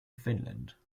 finland